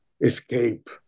escape